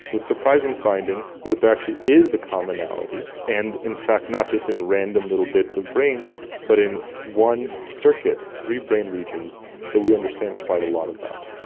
the surprising finding that there actually is a commonality, and in fact not just in random little bits of brain but in one circuit, three brain regions that we understand quite a lot about.